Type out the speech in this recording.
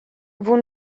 vous